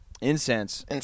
Incense